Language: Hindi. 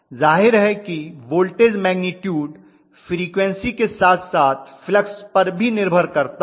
जाहिर है कि वोल्टेज मैग्निटूड फ्रीक्वन्सी के साथ साथ फ्लक्स पर भी निर्भर करता है